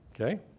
okay